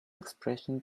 expression